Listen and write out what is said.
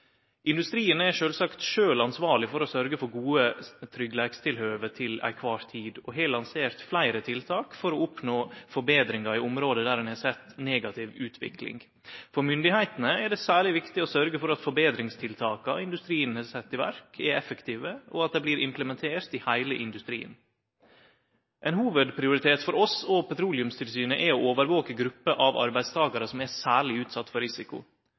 Industrien er sjølvsagt sjølv ansvarleg for å syte for gode tryggleikstilhøve til kvar tid og har lansert fleire tiltak for å oppnå forbetringar i område der ein har sett negativ utvikling. For myndigheitene er det særleg viktig å syte for at forbetringstiltaka industrien har sett i verk, er effektive, og at dei blir implementerte i heile industrien. Ein hovudprioritet for oss og Petroleumstilsynet er å overvake grupper av arbeidstakarar som er særleg utsette for risiko.